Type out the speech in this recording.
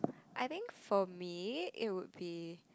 I think for me it would be